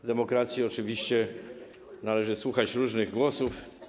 W demokracji oczywiście należy słuchać różnych głosów.